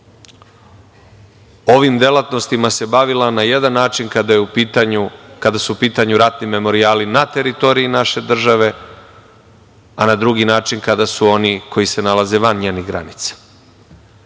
ovim delatnostima se bavila na jedan način kada su u pitanju ratni memorijali na teritoriji naše države, a na drugi način kada su oni koji se nalaze van njenih granica.